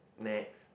next